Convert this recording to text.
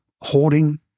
hoarding